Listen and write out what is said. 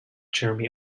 jeremy